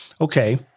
Okay